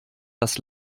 das